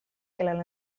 kellel